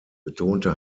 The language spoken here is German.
betonte